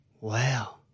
Wow